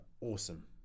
awesome